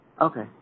Okay